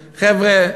חבר'ה,